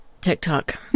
tiktok